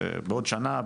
בעוד שנה?